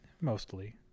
mostly